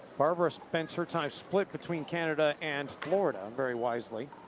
barbara spends her time split between canada and florida, um very wisely.